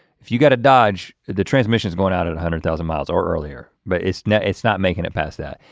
if you got a dodge the transmission is going out at one hundred thousand miles or earlier, but it's not it's not making it past that.